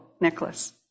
necklace